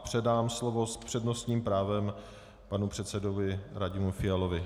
Předám slovo s přednostním právem panu předsedovi Radimu Fialovi.